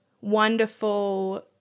wonderful